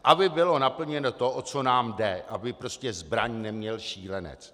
Aby bylo naplněno to, o co nám jde, aby prostě zbraň neměl šílenec.